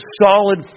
solid